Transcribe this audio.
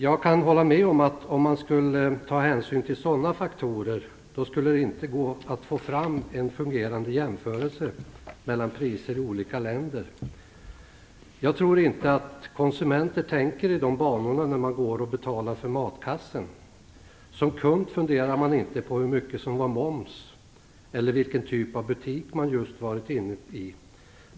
Jag kan hålla med om att om man skulle ta hänsyn till sådana faktorer skulle det inte gå att få fram en fungerande jämförelse mellan priser i olika länder. Jag tror inte att konsumenter tänker i de banorna när de går och betalar för matkassen. Som kund funderar man inte på hur mycket som var moms eller vilken typ av butik man just varit inne i.